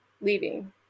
leaving